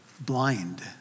blind